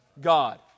God